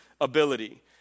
ability